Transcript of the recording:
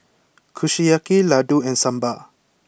Kushiyaki Ladoo and Sambar